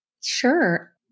Sure